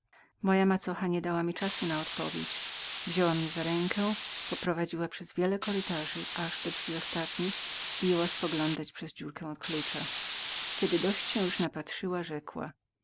moja macocha nie dała mi czasu odpowiedzi tylko poprowadziła mnie przez wiele kurytarzy aż do drzwi ostatnich i jęła spoglądać przez dziurkę od klucza kiedy dość się już napatrzyła rzekła